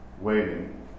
waiting